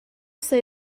say